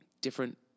Different